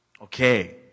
Okay